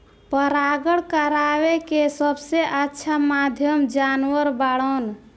परागण करावेके सबसे अच्छा माध्यम जानवर बाड़न